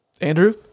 Andrew